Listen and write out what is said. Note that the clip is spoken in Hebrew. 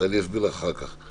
אני אסביר לך אחר כך.